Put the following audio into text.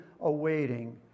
awaiting